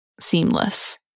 seamless